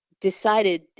decided